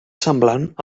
semblant